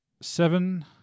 seven